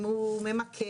אם הוא ממכר,